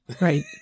Right